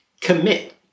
commit